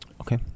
Okay